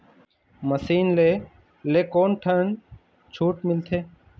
Machine ले ले कोन ठन छूट मिलथे?